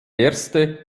erste